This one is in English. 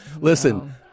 Listen